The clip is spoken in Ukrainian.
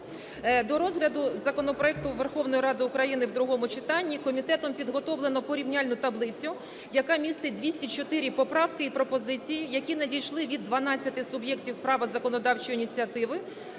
До розгляду законопроекту Верховною Радою України в другому читанні комітетом підготовлено порівняльну таблицю, яка містить 204 поправки і пропозиції, які надійшли від 12 суб'єктів права законодавчої ініціативи,